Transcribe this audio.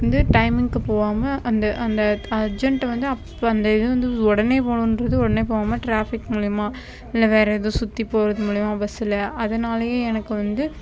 வந்து டைமிங்கு போவாமல் அந்த அந்த அர்ஜென்ட் வந்து அப்போ அந்த இது வந்து உடனே போகணுன்றது உடனே போகாம டிராஃபிக் மூலியமாக இல்லை வேற எதுவும் சுற்றி போகிறது மூலியமாக பஸ்ஸில் அதனாலே எனக்கு வந்து